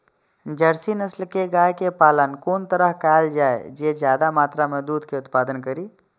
Jersey नस्ल के गाय के पालन कोन तरह कायल जाय जे ज्यादा मात्रा में दूध के उत्पादन करी?